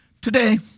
Today